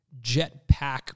Jetpack